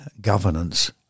governance